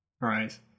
Right